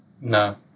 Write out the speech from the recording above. No